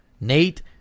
Nate